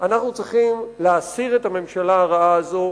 אנחנו צריכים להסיר את הממשלה הרעה הזו,